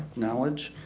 knowledge